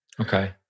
Okay